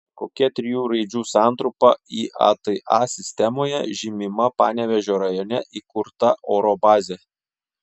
kokia trijų raidžių santrumpa iata sistemoje žymima panevėžio rajone įkurta oro bazė